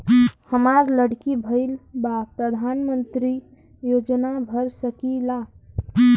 हमार लड़की भईल बा प्रधानमंत्री योजना भर सकीला?